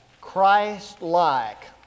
Christ-like